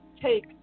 take